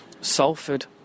Salford